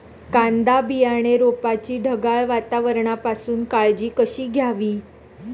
कांदा बियाणे रोपाची ढगाळ वातावरणापासून काळजी कशी घ्यावी?